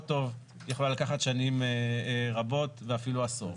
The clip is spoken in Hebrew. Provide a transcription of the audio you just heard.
טוב היא יכולה לקחת שנים רבות ואפילו עשור.